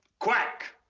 quack!